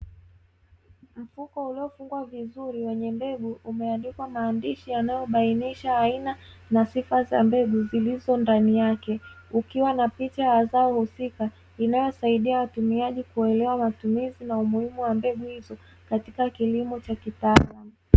Mfuko uliofungwa vizuri wenye mbegu umeandikwa maandishi yanayobainisha aina na sifa za mbegu zilizo ndani yake. Ukiwa na picha ya zao husika, inayowasaidia watumiaji kuelewa matumizi na umuhimu wa mbegu hizo katika kilimo cha kitaalamu.